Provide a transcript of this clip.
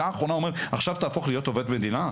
האחרונה ואומר: עכשיו תהפוך להיות עובד מדינה?